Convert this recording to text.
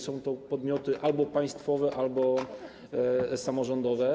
Są to podmioty albo państwowe, albo samorządowe.